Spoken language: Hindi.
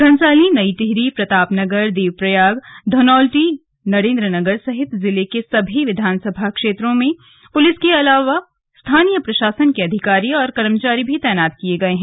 घनसाली नई टिहरी प्रतापनगर देवप्रयाग धनोल्टी नरेंद्रनगर सहित जिले के सभी विधानसभा क्षेत्रों में पुलिस के अलावा स्थानीय प्रशासन के अधिकारी और कर्मचारी भी तैनात किये गए हैं